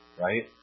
right